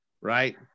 right